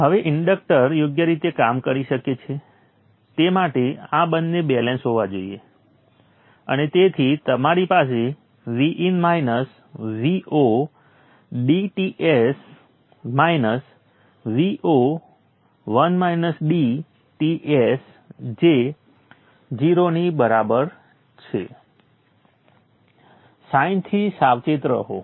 હવે ઇન્ડક્ટર યોગ્ય રીતે કામ કરી શકે તે માટે આ બંને બેલેન્સ હોવા જોઈએ અને તેથી તમારી પાસે Vin - VodTs Vo Ts જે 0 ની બરાબર છે સાઇનથી સાવચેત રહો